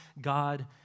God